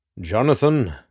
Jonathan